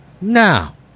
Now